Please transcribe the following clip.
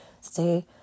Stay